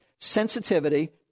sensitivity